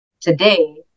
today